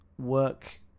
work